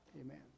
Amen